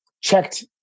checked